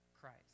Christ